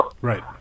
Right